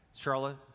Charlotte